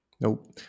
Nope